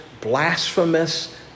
blasphemous